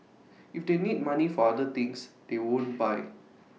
if they need money for other things they won't buy